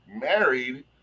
married